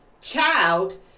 child